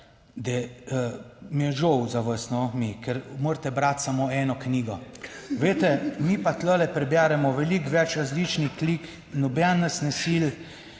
da mi je žal za vas, ker morate brati samo eno knjigo, veste, mi pa tu preberemo veliko več različnih lik, noben nas ne sili.